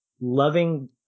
loving